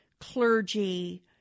clergy